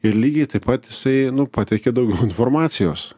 ir lygiai taip pat jisai nu pateikia daugiau informacijos